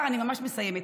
אני ממש מסיימת,